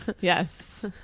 Yes